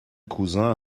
cousin